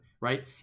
right